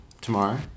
tomorrow